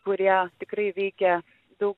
kurie tikrai veikia daug